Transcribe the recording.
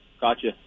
Gotcha